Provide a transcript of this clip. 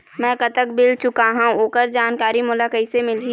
मैं कतक बिल चुकाहां ओकर जानकारी मोला कइसे मिलही?